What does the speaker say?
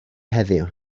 heddiw